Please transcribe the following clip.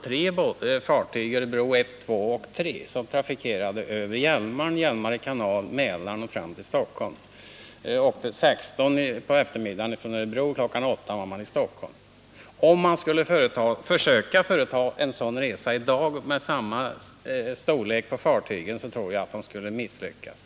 Tre båtar, Örebro I, II och III, trafikerade övre Hjälmaren, Nr 148 Hjälmare kanal och Mälaren fram till Stockholm. Jag åkte från Örebro kl. Onsdagen den 16.00 och var framme i Stockholm kl. 08.00 nästa dag. Om man i dag skulle 21 maj 1980 försöka företa en sådan resa med ett fartyg av samma storlek, tror jag att man skulle misslyckas.